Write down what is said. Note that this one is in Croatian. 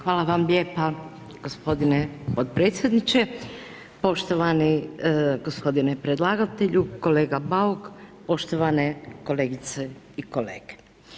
Hvala vam lijepa gospodine potpredsjedniče, poštovani gospodine predlagatelju, kolega Bauk, poštovane kolegice i kolege.